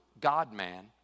God-man